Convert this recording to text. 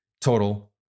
total